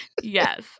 Yes